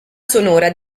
sonora